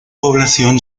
población